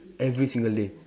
every single day